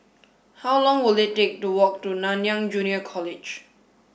how long will it take to walk to Nanyang Junior College